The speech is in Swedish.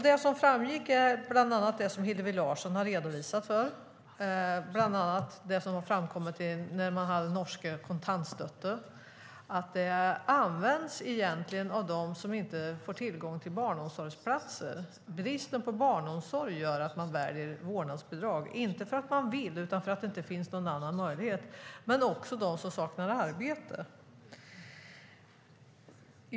Det som då framkom var bland annat det som Hillevi Larsson har redogjort för, till exempel att norske kontantstötte används av dem som inte får tillgång till barnomsorgsplatser. Bristen på barnomsorg gör att man väljer vårdnadsbidrag, inte för att man vill utan för att det inte finns någon annan möjlighet. Detta gäller även dem som saknar arbete.